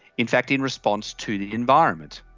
in fact in response to the environment.